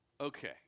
Okay